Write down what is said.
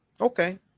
Okay